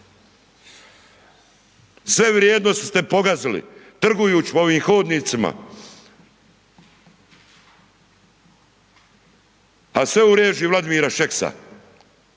Sve vrijednosti ste pogazili trgujući ovim hodnicima. A sve u režiji Vladimira Šeksa,